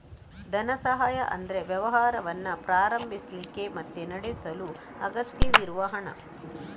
ಧನ ಸಹಾಯ ಅಂದ್ರೆ ವ್ಯವಹಾರವನ್ನ ಪ್ರಾರಂಭಿಸ್ಲಿಕ್ಕೆ ಮತ್ತೆ ನಡೆಸಲು ಅಗತ್ಯವಿರುವ ಹಣ